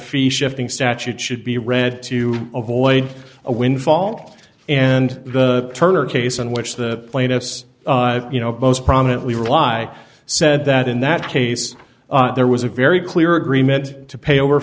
fee shifting statute should be read to avoid a windfall and the turner case in which the plaintiffs you know most prominently rely said that in that case there was a very clear agreement to pay over